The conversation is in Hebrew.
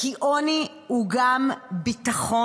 כי עוני הוא גם ביטחון,